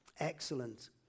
excellent